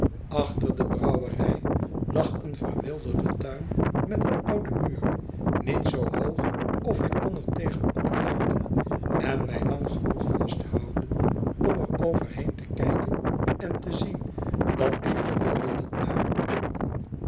achter de brouwerij lag een verwilderde tuin met een ouden muur niet zoo hoog of ik kon er tegen opkrabbelen en mij lang genoeg vasthouden om er overheen te kijken en te zien dat die verwilderde tuin